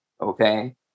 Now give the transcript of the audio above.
Okay